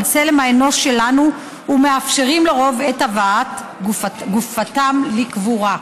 על צלם האנוש שלנו ומאפשרים לרוב את הבאת גופתם לקבורה.